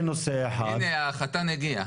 הנה, החתן הגיע.